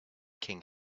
king